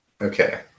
okay